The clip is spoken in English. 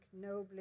nobly